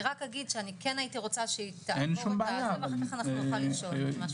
שהיא תסיים את המצגת, ואז נוכל לשאול.